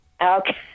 Okay